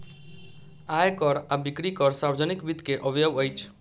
आय कर आ बिक्री कर सार्वजनिक वित्त के अवयव अछि